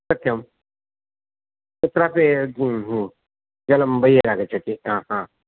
सत्यम् कुत्रापि जलं बहिरागच्छति